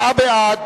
ארבעה בעד,